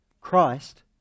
Christ